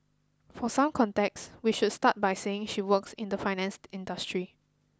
for some context we should start by saying she works in the finance industry